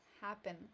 happen